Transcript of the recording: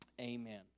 Amen